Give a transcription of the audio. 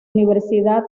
universidad